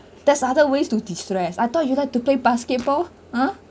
there's other ways to de-stress I thought you like to play basketball !huh!